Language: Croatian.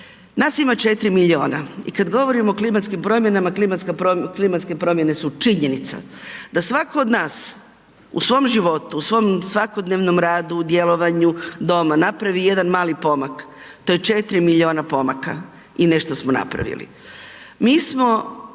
Nas ima 4 milijuna i kad govorimo o klimatskim promjenama, klimatske promjene su činjenica. Da svako od nas u svom životu, u svom svakodnevnom radu, djelovanju, doma napravi jedan mali pomak, to je 4 milijuna pomaka i nešto smo napravili.